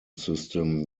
system